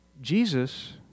Jesus